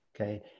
okay